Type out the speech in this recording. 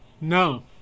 No